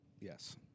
Yes